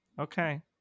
Okay